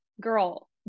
girl